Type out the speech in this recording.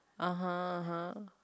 (uh huh) (uh huh)